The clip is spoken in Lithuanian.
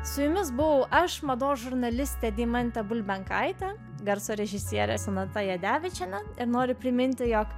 su jumis buvau aš mados žurnalistė deimantė bulbenkaitė garso režisierė sonata jadevičienė ir noriu priminti jog